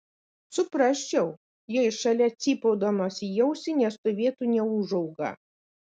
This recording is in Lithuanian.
suprasčiau jei šalia cypaudamas į ausį nestovėtų neūžauga